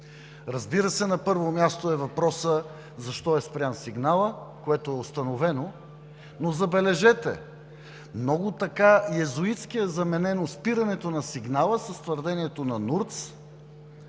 Разбира се, на първо място е въпросът: защо е спрян сигналът, което е установено? И, забележете, много йезуитски е заменено спирането на сигнала с твърдението на